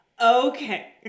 Okay